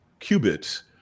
qubits